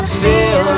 feel